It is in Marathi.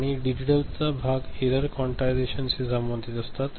आणि डिजिटल भाग एरर क्वांटिझेशनशी संबंधित असतात